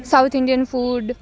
south Indian food